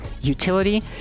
utility